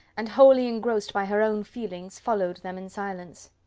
and wholly engrossed by her own feelings, followed them in silence.